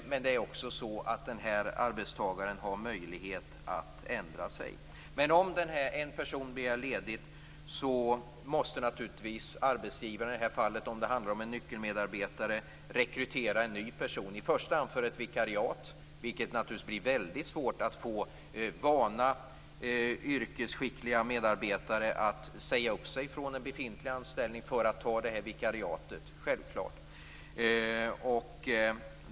Men denna arbetstagare har också möjlighet att ändra sig. Men om en person begär ledigt måste naturligtvis arbetsgivaren i detta fall, om det handlar om en nyckelmedarbetare, rekrytera en ny person, i första hand för ett vikariat. Det blir naturligtvis väldigt svårt att få en van yrkesskicklig medarbetare att säga upp sig från en befintlig anställning för att ta detta vikariat.